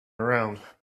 around